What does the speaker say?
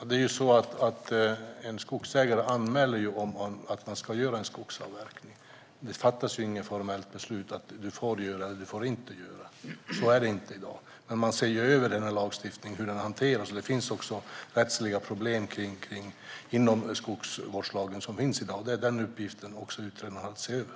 Herr talman! En skogsägare anmäler att en skogsavverkning ska göras, men som det är i dag fattas det inget formellt beslut om att en avverkning får eller inte får göras. Man ser dock över denna lagstiftning och hur den hanteras. Det finns rättsliga problem inom den skogsvårdslag som gäller i dag. Även detta har utredaren i uppgift att se över.